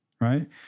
right